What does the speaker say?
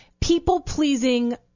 people-pleasing